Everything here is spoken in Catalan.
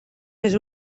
més